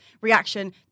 reaction